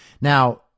Now